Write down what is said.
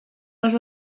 les